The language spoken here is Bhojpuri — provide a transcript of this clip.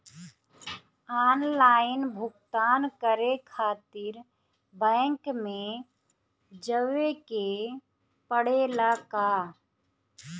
आनलाइन भुगतान करे के खातिर बैंक मे जवे के पड़ेला का?